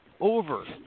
over